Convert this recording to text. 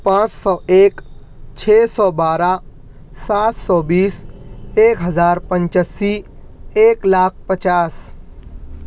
پانچ سو ایک چھ سو بارہ سات سو بیس ایک ہزار پچاسی ایک لاکھ پچاس